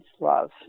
love